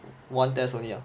one test only ah